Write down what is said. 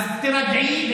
אז תירגעי.